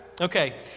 Okay